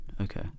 Okay